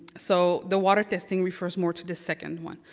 so, the water testing refers more to the second one.